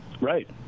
Right